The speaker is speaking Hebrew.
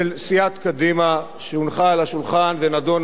שהונחה על השולחן ונדונה בעיקר בשבוע שעבר,